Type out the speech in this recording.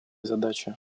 задачи